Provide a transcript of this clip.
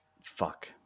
fuck